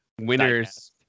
winners